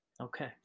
Okay